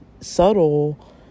subtle